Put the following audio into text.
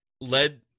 led